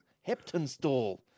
Heptonstall